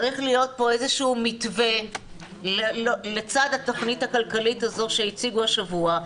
צריך להיות פה איזה שהוא מתווה לצד התוכנית הכלכלית שהציגו השבוע,